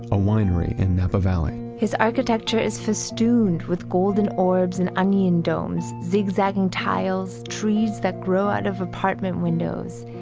a winery in napa valley his architecture is festooned with golden orbs and onion domes, zigzagging tiles, trees that grow out of apartment windows.